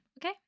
okay